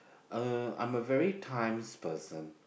uh I'm a very times person